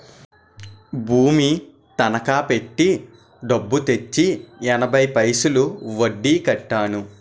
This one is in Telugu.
భూమి తనకా పెట్టి డబ్బు తెచ్చి ఎనభై పైసలు వడ్డీ కట్టాను